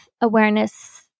awareness